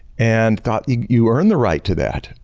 and thought, you earn the right to that.